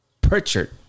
Pritchard